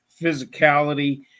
physicality